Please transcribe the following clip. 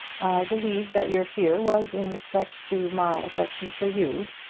i believe that your fear was in respect to my affection for you,